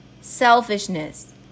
selfishness